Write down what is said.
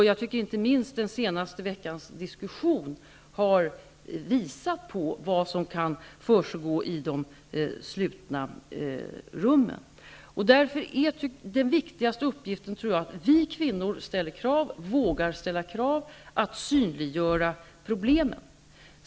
Jag tycker att inte minst den senaste veckans diskussion har visat på vad som kan försiggå i de slutna rummen. Därför är den viktigaste uppgiften, tror jag, att vi kvinnor vågar ställa krav, att synliggöra problemen.